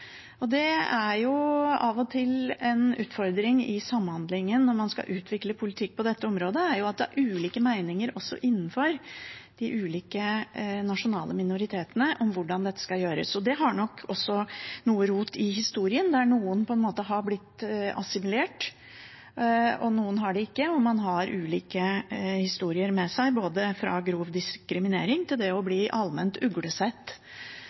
Det er av og til en utfordring i samhandlingen når man skal utvikle politikk på dette området, at det er ulike meninger også innenfor de ulike nasjonale minoritetene om hvordan dette skal gjøres. Det har nok også noe rot i historien, der noen har blitt assimilert, og noen ikke har det, og man har ulike historier med seg, fra grov diskriminering til det å bli allment uglesett.